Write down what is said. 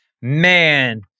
man